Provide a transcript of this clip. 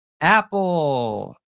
Apple